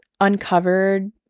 uncovered